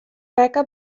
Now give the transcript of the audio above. rekke